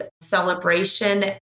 celebration